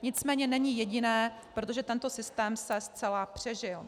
Nicméně není jediné, protože tento systém se zcela přežil.